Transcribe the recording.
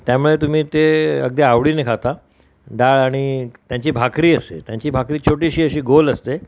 त्यामुळे तुम्ही ते अगदी आवडीने खाता डाळ आणि त्यांची भाकरी असते त्यांची भाकरी छोटीशी अशी गोल असते